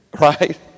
Right